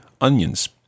onions